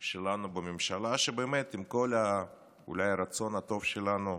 שלנו בממשלה, שבאמת עם כל, אולי, הרצון הטוב שלנו,